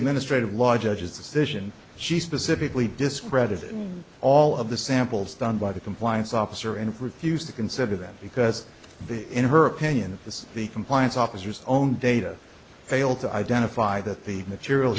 administrative law judge is a vision she specifically discredited and all of the samples done by the compliance officer in refused to consider them because the in her opinion this is the compliance officers own data fail to identify that the material